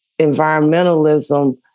environmentalism